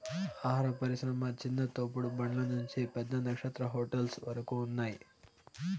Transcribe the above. ఆహార పరిశ్రమ చిన్న తోపుడు బండ్ల నుంచి పెద్ద నక్షత్ర హోటల్స్ వరకు ఉన్నాయ్